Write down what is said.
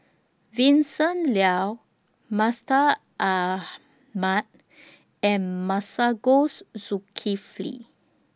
Vincent Leow Mustaq Ahmad and Masagos Zulkifli